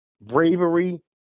bravery